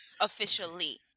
Officially